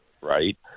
right